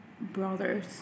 brothers